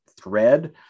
thread